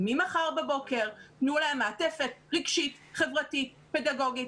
ממחר בבוקר תנו להם מעטפת רגשית, חברתית, פדגוגית.